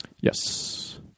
Yes